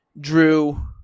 drew